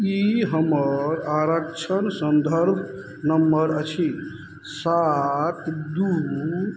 ई हमर आरक्षण सन्धर्भ नम्मर अछि सात दू